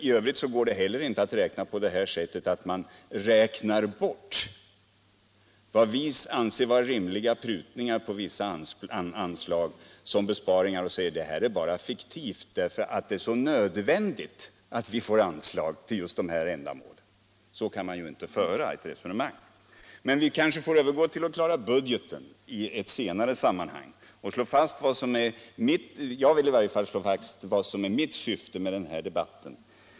I övrigt går det inte heller att resonera på det sättet att man som besparingar räknar bort vad vi anser vara rimliga prutningar på vissa anslag och påstår att det bara är fiktiva besparingar, eftersom man anser det så nödvändigt att man får anslag till just de här ändamålen. Så kan man inte föra ett budgetresonemang! Men vi kanske får klara av budgeten i ett senare sammanhang. — Jag vill i varje fall ange vad som är mitt syfte med den här debatten.